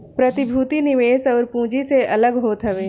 प्रतिभूति निवेश अउरी पूँजी से अलग होत हवे